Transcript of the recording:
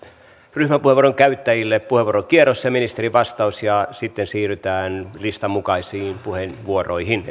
ryhmäpuheenvuoron käyttäjille puheenvuorokierros ja ministerin vastaus sitten siirrytään listan mukaisiin puheenvuoroihin